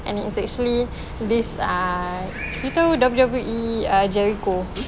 and is actually this ah you tahu W_W_E uh jericho